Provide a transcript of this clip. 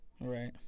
Right